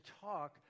talk